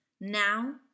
now